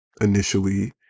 initially